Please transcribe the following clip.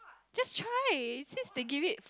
just try since they give it